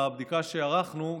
בבדיקה שערכנו,